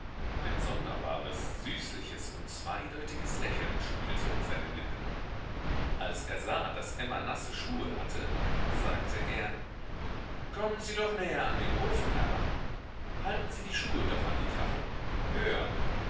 ein sonderbares süßliches und zweideutiges lächeln spielte um seine lippen als er sah daß emma nasse schuhe hatte sagte er kommen sie doch näher an den ofen heran halten sie die schuhe doch an die kacheln höher